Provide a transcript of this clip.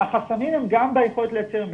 החסמים הם גם ביכולת לייצר מצ'ינג.